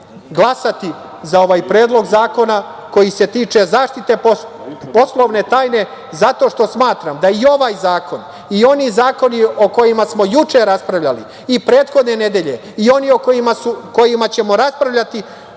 glasati za ovaj predlog zakona, koji se tiče zaštite poslovne tajne, zato što smatram da je i ovaj zakon, i oni zakoni o kojima smo juče raspravljali i prethodne nedelje i oni o kojima ćemo raspravljati,